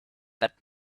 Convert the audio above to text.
that